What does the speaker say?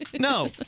No